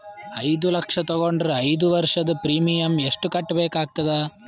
ಐದು ಲಕ್ಷ ತಗೊಂಡರ ಐದು ವರ್ಷದ ಪ್ರೀಮಿಯಂ ಎಷ್ಟು ಕಟ್ಟಬೇಕಾಗತದ?